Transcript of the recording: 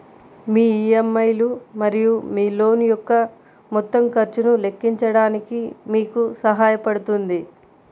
మీ EMI లు మరియు మీ లోన్ యొక్క మొత్తం ఖర్చును లెక్కించడానికి మీకు సహాయపడుతుంది